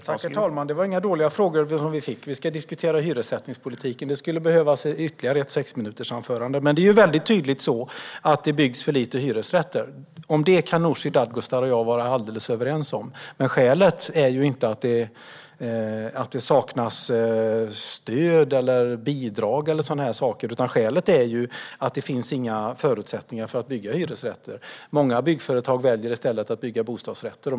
Herr talman! Det var inga dåliga frågor. Ska vi diskutera hyressättningspolitiken skulle det behövas ytterligare ett sexminutersanförande. Det är tydligt så att det byggs för lite hyresrätter. Om det kan Nooshi Dadgostar och jag vara helt överens. Men skälet är inte att det saknas stöd eller bidrag eller sådana saker, utan skälet är att det inte finns några förutsättningar för att bygga hyresrätter. Många byggföretag väljer i stället att bygga bostadsrätter.